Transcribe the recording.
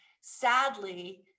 sadly